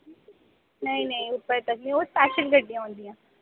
नेईं नेईं ओह् स्पेशल गड्डियां होंदिया